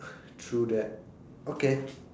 true that okay